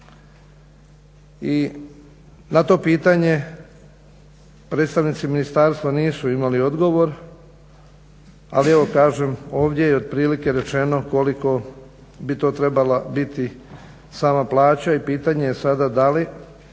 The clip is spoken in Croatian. I na to pitanje predstavnici ministarstva nisu imali odgovor. Ali evo, kažem ovdje je otprilike rečeno koliko bi to trebala biti sama plaća i pitanje je sada da li